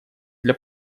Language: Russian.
для